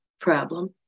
problem